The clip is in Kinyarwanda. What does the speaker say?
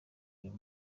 uyu